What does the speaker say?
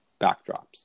backdrops